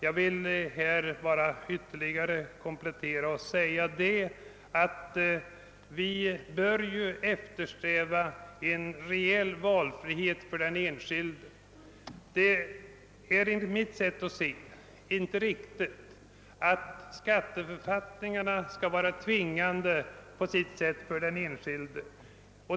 Jag vill bara ytterligare komplettera hans uppgifter och säga att vi bör eftersträva en reell valfrihet för den enskilde. Det är enligt mitt sätt att se inte riktigt att skatteförfattningarna på sitt sätt skall vara tvingande för den enskilde.